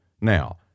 Now